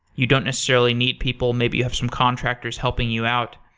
you don't necessarily need people. maybe you have some contractors helping you out.